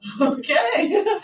Okay